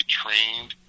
trained